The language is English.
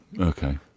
Okay